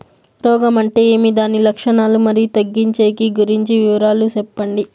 రోగం అంటే ఏమి దాని లక్షణాలు, మరియు తగ్గించేకి గురించి వివరాలు సెప్పండి?